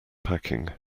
packing